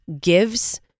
gives